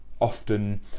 often